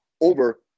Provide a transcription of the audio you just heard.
over